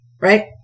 Right